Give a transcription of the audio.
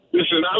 Listen